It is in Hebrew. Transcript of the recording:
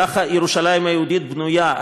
ככה ירושלים היהודית בנויה.